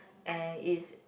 uh is